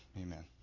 amen